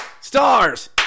Stars